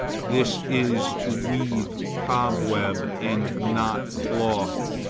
this is to weave cobweb, and not cloth.